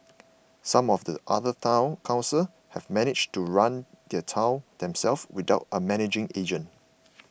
some of the other Town Councils have managed to run their towns themselves without a managing agent